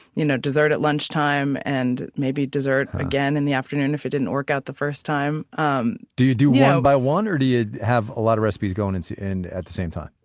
you know, dessert at lunchtime, and maybe dessert again in the afternoon if it didn't work out the first time um do you do one by one or do you have a lot of recipes going and so and at the same time?